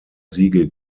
siege